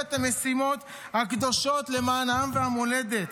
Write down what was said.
את המשימות הקדושות למען העם והמולדת.